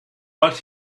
but